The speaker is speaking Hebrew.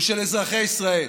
הוא של אזרחי ישראל.